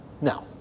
No